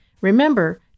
Remember